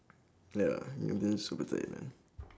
ya yeah man super tired man